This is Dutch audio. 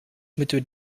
moeten